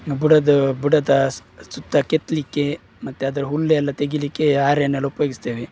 ಬುಡದ ಬುಡದ ಸ್ ಸುತ್ತ ಕೆತ್ತಲಿಕ್ಕೆ ಮತ್ತು ಅದರ ಹುಲ್ಲೆಲ್ಲ ತೆಗೀಲಿಕ್ಕೆ ಹಾರೆಯನ್ನೆಲ್ಲ ಉಪಯೋಗಿಸ್ತೇವೆ